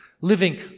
living